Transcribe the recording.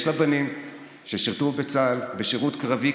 יש לה בנים ששירתו בצה"ל בשירות קרבי,